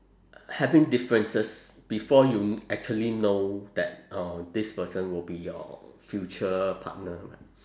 having differences before you actually know that uh this person will be your future partner lah